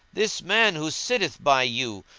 this man who sitteth by you,